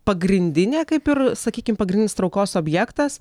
pagrindinė kaip ir sakykim pagrindinis traukos objektas